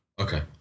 Okay